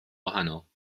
wahanol